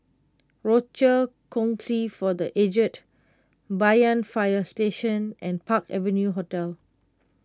Rochor Kongsi for the Aged Banyan Fire Station and Park Avenue Hotel